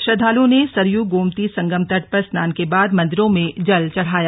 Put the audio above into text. श्रद्दालुओं ने सरयू गोमती संगम तट पर स्नान के बाद मंदिरों में जल चढ़ाया